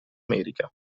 america